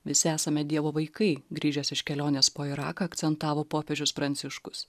visi esame dievo vaikai grįžęs iš kelionės po iraką akcentavo popiežius pranciškus